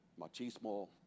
machismo